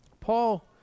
Paul